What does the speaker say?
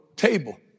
table